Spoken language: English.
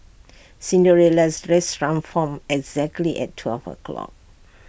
Cinderella's dress transformed exactly at twelve o'clock